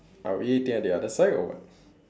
are we eating at the other side or what